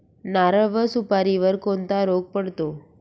नारळ व सुपारीवर कोणता रोग पडतो?